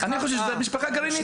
אני חושב שזאת משפחה גרעינית.